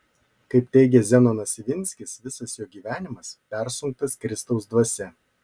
kaip teigia zenonas ivinskis visas jo gyvenimas persunktas kristaus dvasia